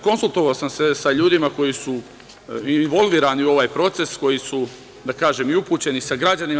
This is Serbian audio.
Konsultovao sam se sa ljudima koji su involvirani u ovaj proces, koji su i upućeni, sa građanima.